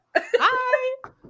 Hi